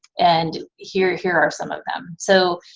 and here, here are some of them. so,